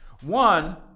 One